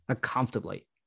Comfortably